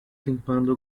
limpando